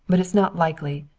but it's not likely.